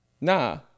Nah